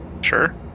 Sure